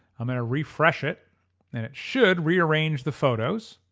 i'm gonna refresh it and it should rearrange the photos.